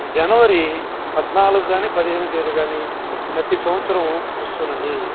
జనవరి పద్నాలుగు కానీ పదిహేనవ తేదీ కానీ ప్రతి సంవత్సరం వస్తుంది